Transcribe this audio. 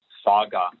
Saga